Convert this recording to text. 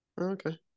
Okay